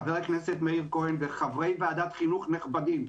חבר הכנסת מאיר כהן וחברי ועדת החינוך הנכבדים,